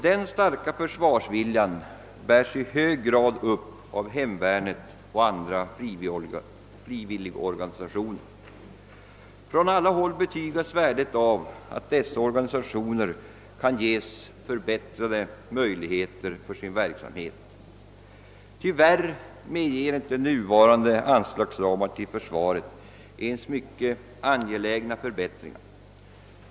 Den starka försvarsviljan bärs i hög grad upp av hemvärnet och andra frivilliga organisationer. Från alla håll betygas värdet av att dessa organisationer kan ges förbättrade möjligheter för sin verksamhet. Tyvärr medger inte nuvarande anslagsramar till försvaret ens mycket angelägna förbättringar.